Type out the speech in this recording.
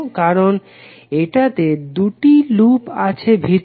কারণ এটাতে দুটি লুপ আছে ভিতরে